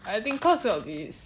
I think cause of his